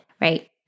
right